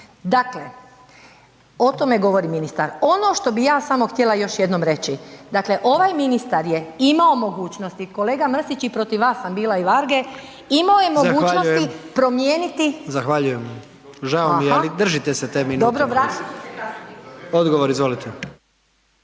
Dakle, o tome govori ministar. Ono što bih ja samo htjela još jednom reći, dakle ovaj ministar je imao mogućnosti, kolega Mrsić i protiv vas sam bila i Varge, imao je mogućnosti promijeniti. .../Upadica predsjednik: Zahvaljujem./… Aha, dobro vratiti ću se kasnije.